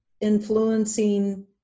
influencing